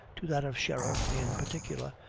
to that of sheriff in particular,